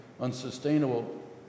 unsustainable